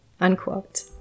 unquote